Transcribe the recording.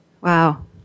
Wow